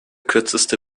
kürzeste